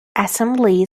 assembly